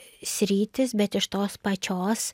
sritys bet iš tos pačios